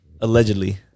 Allegedly